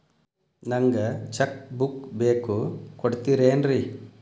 ನಂಗ cheque book ಬೇಕು ಕೊಡ್ತಿರೇನ್ರಿ?